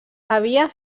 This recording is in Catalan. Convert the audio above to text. havia